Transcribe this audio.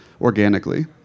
organically